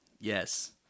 Yes